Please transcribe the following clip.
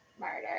murder